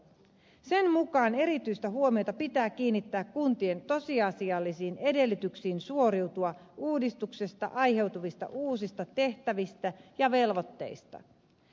sen mukaan erityistä huomiota pitää kiinnittää kuntien tosiasiallisiin edellytyksiin suoriutua uudistuksesta aiheutuvista uusista tehtävistä ja velvoitteista